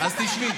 אז תשבי,